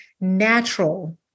natural